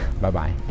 Bye-bye